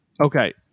Okay